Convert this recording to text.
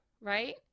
Right